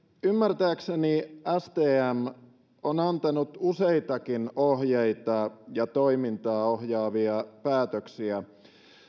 ymmärtääkseni stm on antanut useitakin ohjeita ja toimintaa ohjaavia päätöksiä